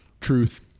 Truth